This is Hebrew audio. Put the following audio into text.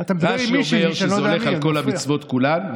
רש"י אומר שזה הולך על כל המצוות כולן,